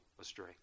astray